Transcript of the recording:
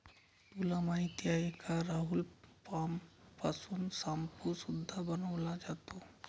तुला माहिती आहे का राहुल? पाम पासून शाम्पू सुद्धा बनवला जातो